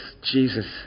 Jesus